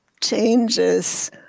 changes